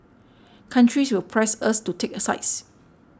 countries will press us to take a sides